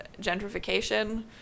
gentrification